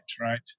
right